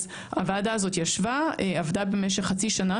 הוועדה עבדה במשך חצי שנה,